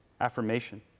affirmation